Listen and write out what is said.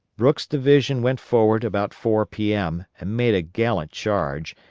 brooks' division went forward about four p m, and made a gallant charge,